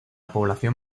población